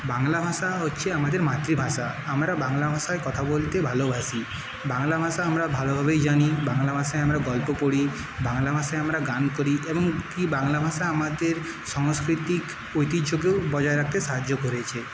বাংলা ভাষা হচ্ছে আমাদের মাতৃভাষা আমরা বাংলা ভাষাই কথা বলতে ভালোবাসি বাংলা ভাষা আমরা ভালোভাবেই জানি বাংলা ভাষায় আমরা গল্প করি বাংলা ভাষায় আমরা গান করি এমনকি বাংলা ভাষা আমাদের সাংস্কৃতিক ঐতিহ্যকেও বজায় রাখতে সাহায্য করেছে